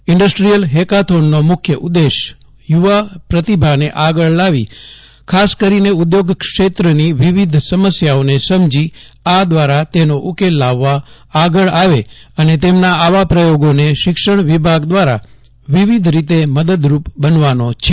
industrial હેકાથોનનો મુખ્ય ઉદેશ યુવા પ્રતિભાને આગળ લાવી ખાસ કરીને ઉદ્યોગ ક્ષેત્રની વિવિધ સમસ્યાઓને સમજી આ દ્વારા તેનો ઉકેલ લાવવા આગળ આવે અને તેમના આવા પ્રયોગોને શિક્ષણ વિભાગ દ્વારા વિવિધ રીતે મદદરૂપ બનવાનો છે